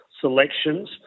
selections